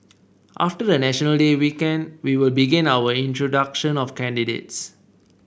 after the National Day weekend we will begin our introduction of candidates